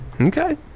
Okay